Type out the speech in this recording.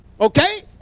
Okay